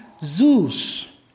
Zeus